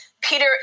Peter